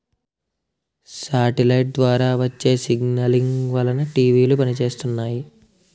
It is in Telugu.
సాటిలైట్ ద్వారా వచ్చే సిగ్నలింగ్ వలన టీవీలు పనిచేస్తున్నాయి